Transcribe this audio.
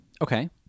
Okay